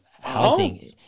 housing